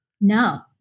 No